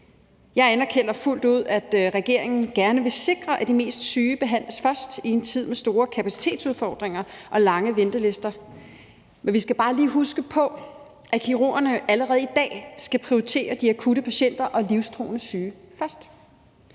Jeg anerkender fuldt ud, at regeringen gerne vil sikre, at de mest syge behandles først, i en tid med store kapacitetsudfordringer og lange ventelister, men vi skal bare lige huske på, at kirurgerne allerede i dag skal prioritere de akutte patienter og livstruende syge først.